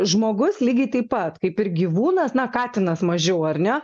žmogus lygiai taip pat kaip ir gyvūnas na katinas mažiau ar ne